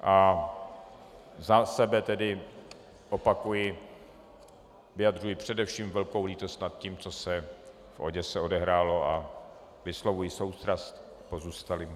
A za sebe tedy, opakuji, vyjadřuji především velkou lítost nad tím, co se v Oděse odehrálo, a vyslovuji soustrast pozůstalým.